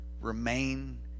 remain